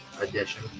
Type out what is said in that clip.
edition